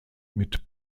mit